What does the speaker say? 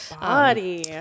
body